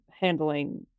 handling